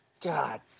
God